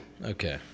Okay